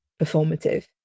performative